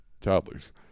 toddlers